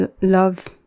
Love